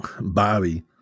Bobby